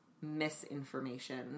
misinformation